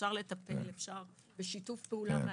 אפשר לטפל בשיתוף פעולה מלא,